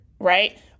Right